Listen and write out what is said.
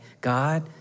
God